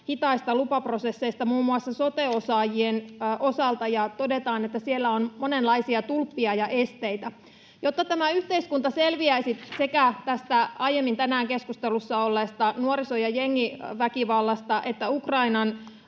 hitaista lupaprosesseista muun muassa sote-osaajien osalta, ja todetaan, että siellä on monenlaisia tulppia ja esteitä. Jotta tämä yhteiskunta selviäisi sekä aiemmin tänään keskustelussa olleesta nuoriso- ja jengiväkivallasta että tulleista